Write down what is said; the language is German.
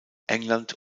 england